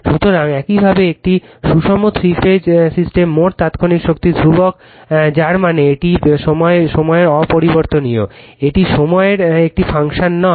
সুতরাং এইভাবে একটি সুষম থ্রি ফেজ সিস্টেমে মোট তাত্ক্ষণিক শক্তি ধ্রুবক যার মানে এটি সময় অপরিবর্তনীয় এটি সময়ের একটি ফাংশন নয়